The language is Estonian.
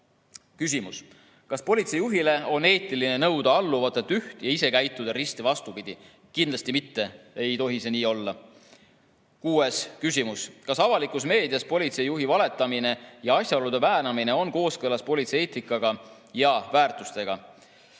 Küsimus: "Kas politseijuhile on eetiline nõuda alluvatelt üht ja ise käituda risti vastupidi?" Kindlasti mitte, nii ei tohi see olla. Kuues küsimus: "Kas avalikus meedias politseijuhi valetamine ja asjaolude väänamine on kooskõlas politsei eetikaga ja väärtustega?"